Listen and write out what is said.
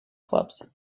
clubs